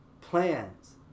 plans